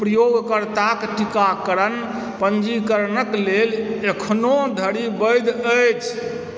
प्रयोगकर्ताके टीकाकरण पञ्जीकरणके लेल एखनोधरि वैध अछि